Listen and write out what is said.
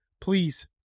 please